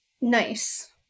Nice